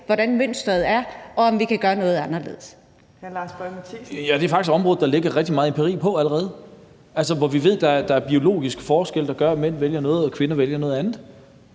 Boje Mathiesen. Kl. 00:02 Lars Boje Mathiesen (NB): Det er faktisk et område, der ligger rigtig meget empiri på allerede – altså hvor vi ved, at der er biologiske forskelle, der gør, at mænd vælger noget og kvinder vælger noget andet.